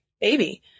baby